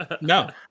no